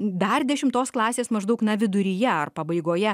dar dešimtos klasės maždaug na viduryje ar pabaigoje